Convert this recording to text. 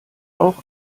auch